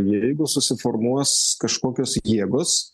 jeigu susiformuos kažkokios jėgos